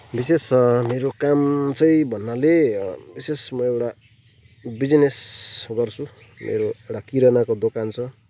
विशेष मेरो काम चाहिँ भन्नाले विशेष म एउटा बिजिनेस गर्छु मेरो एउटा किरानाको दोकान छ